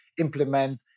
implement